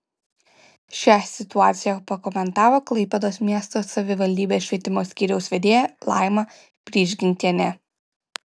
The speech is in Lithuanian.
šią situaciją pakomentavo klaipėdos miesto savivaldybės švietimo skyriaus vedėja laima prižgintienė